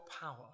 power